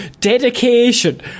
Dedication